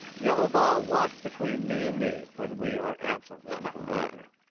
yehovah, watch between me and thee when we are absent one from another.